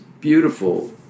beautiful